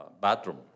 bathroom